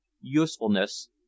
usefulness